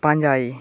ᱯᱟᱸᱡᱟᱭ